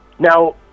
Now